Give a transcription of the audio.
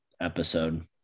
episode